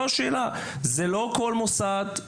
זה לא כל מוסד,